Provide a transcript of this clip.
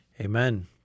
Amen